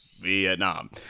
Vietnam